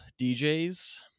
DJs